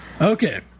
okay